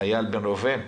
איל בן ראובן,